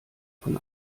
von